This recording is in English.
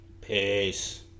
Peace